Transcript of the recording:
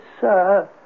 sir